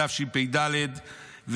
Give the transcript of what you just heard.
התשפ"ד 2024,